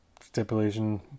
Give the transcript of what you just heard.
stipulation